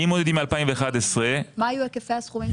אם מודדים מ-2011 -- מה היו היקפי הסכומים?